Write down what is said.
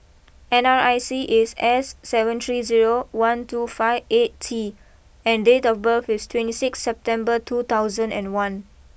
N R I C is S seven three zero one two five eight T and date of birth is twenty six September two thousand and one